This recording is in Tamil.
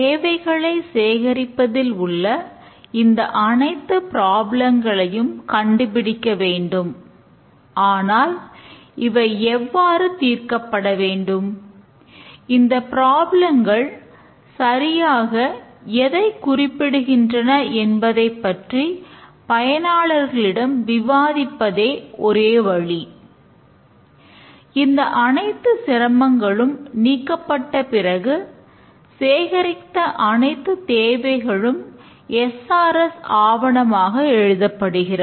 தேவைகளை சேகரிப்பதில் உள்ள இந்த அணைத்து ப்ராப்ளங்களையும் ஆவணமாக எழுதப்படுகிறது